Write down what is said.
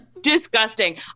disgusting